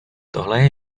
tohle